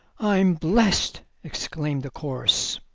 i'm blessed! exclaimed the chorus.